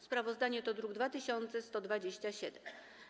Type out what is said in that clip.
Sprawozdanie to druk nr 2127.